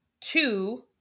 Two